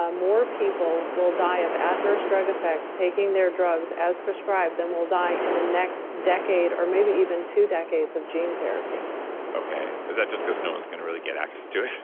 ah more people will die of adverse drug effects, taking their drugs as prescribed than will die in the next decade or maybe even two decades of gene therapy okay. is that just because no one's going to really get access to it?